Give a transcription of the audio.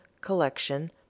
collection